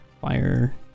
fire